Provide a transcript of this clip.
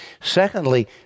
Secondly